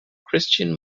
christian